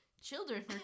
Children